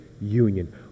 union